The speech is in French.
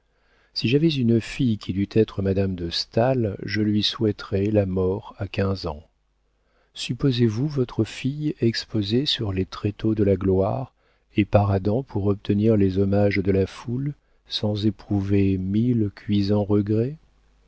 si j'avais une fille qui dût être madame de staël je lui souhaiterais la mort à quinze ans supposez-vous votre fille exposée sur les tréteaux de la gloire et paradant pour obtenir les hommages de la foule sans éprouver mille cuisants regrets